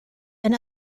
and